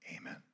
Amen